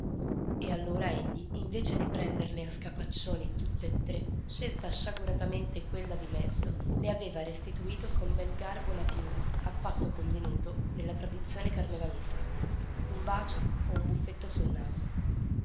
e allora egli invece di prenderle a scapaccioni tutt'e tre scelta sciaguratamente quella di mezzo le aveva restituito con bel garbo la piuma al patto convenuto nella tradizione carnevalesca un bacio o un buffetto sul naso